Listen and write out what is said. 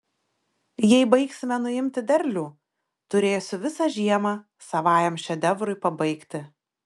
jei baigsime nuimti derlių turėsiu visą žiemą savajam šedevrui pabaigti